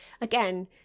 again